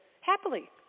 happily